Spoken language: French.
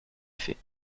fait